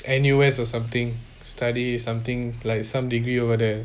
N_U_S or something study something like some degree over there